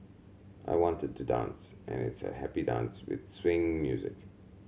I wanted to dance and it's a happy dance with swing music